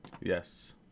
yes